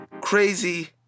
crazy